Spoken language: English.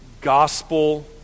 gospel